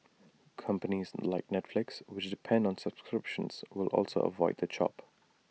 companies like Netflix which depend on subscriptions will also avoid the chop